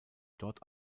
dort